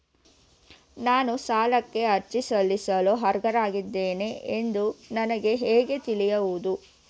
ನಾನು ಸಾಲಕ್ಕೆ ಅರ್ಜಿ ಸಲ್ಲಿಸಲು ಅರ್ಹನಾಗಿದ್ದೇನೆ ಎಂದು ನನಗೆ ಹೇಗೆ ತಿಳಿಯುವುದು?